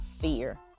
fear